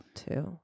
two